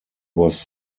was